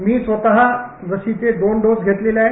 मी स्वतः लसीचे दोन डोस घेतलेले आहेत